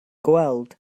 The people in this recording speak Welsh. gweld